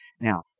Now